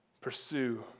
Pursue